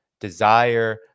desire